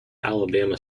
alabama